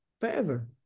forever